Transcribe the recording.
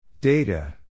Data